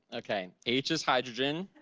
okay, h is hydrogen,